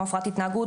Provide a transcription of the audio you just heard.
כמו הפרעת התנהגות,